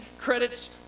credits